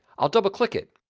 i'll double-click it.